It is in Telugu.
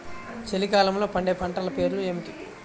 చలికాలంలో పండే పంటల పేర్లు ఏమిటీ?